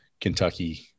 Kentucky